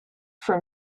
from